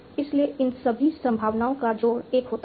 इसलिए इन सभी संभावनाओं का जोड़ 1 होता है